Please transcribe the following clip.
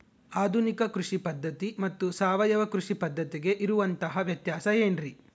ಆಧುನಿಕ ಕೃಷಿ ಪದ್ಧತಿ ಮತ್ತು ಸಾವಯವ ಕೃಷಿ ಪದ್ಧತಿಗೆ ಇರುವಂತಂಹ ವ್ಯತ್ಯಾಸ ಏನ್ರಿ?